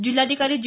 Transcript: जिल्हाधिकारी जी